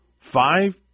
Five